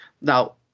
Now